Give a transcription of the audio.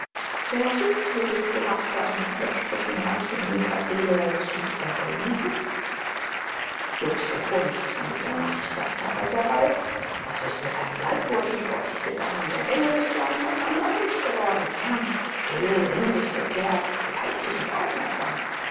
wer sucht die rätselhafte an widersprüchen reiche negerseele zu ergründen jobst erfuhr nichts von dieser nacht sagte aber sehr bald was ist mit deinem leibburschen vor sich gegangen der bengel ist ja ein ganz anderer mensch geworden ernst still in sich gekehrt fleißig und aufmerksam